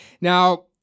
Now